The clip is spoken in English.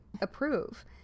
approve